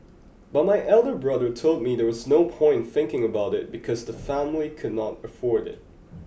but my elder brother told me there was no point thinking about it because the family could not afford it